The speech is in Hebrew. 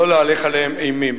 שלא להלך עליהם אימים.